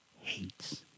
Hates